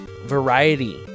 variety